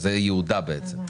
זה ייעודה בעצם,